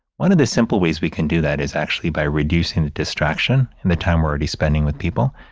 one of the simple ways we can do that is actually by reducing the distraction in the time we're already spending with people.